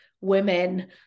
women